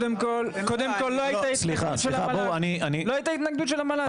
רגע בוא נשמע אותם,